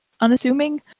unassuming